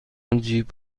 جیب